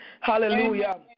Hallelujah